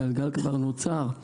הגלגל כבר נוצר.